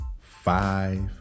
five